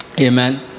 Amen